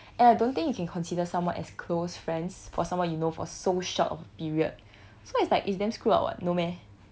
and I don't think you can consider someone as close friends for someone you know for so short of period so it's like it's damn screwed up [what] no meh